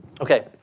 Okay